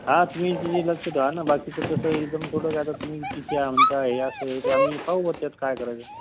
हा तुम्ही इथे लक्ष ठेवा ना बाकीचं तसं एकदम थोडं काय करतो मी तिथं आमचा हे असेल तर मग आम्ही पाहू त्यात काय करायचं